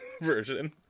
version